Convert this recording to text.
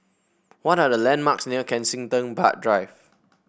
what are the landmarks near Kensington Park Drive